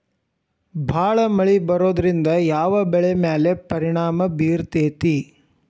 ಭಾಳ ಮಳಿ ಬರೋದ್ರಿಂದ ಯಾವ್ ಬೆಳಿ ಮ್ಯಾಲ್ ಪರಿಣಾಮ ಬಿರತೇತಿ?